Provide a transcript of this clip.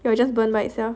it will just burn by itself